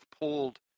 pulled